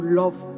love